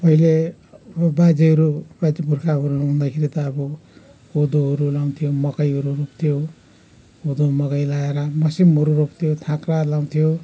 पहिले बाजेहरू पिता पुर्खा हुँदाखेरि त अब कोदोहरू लाउँथ्यो मकैहरू रोप्थ्यो कोदो मकै लाएर मस्यामहरू रोप्थ्यो थाँक्रो लाउँथ्यो